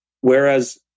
Whereas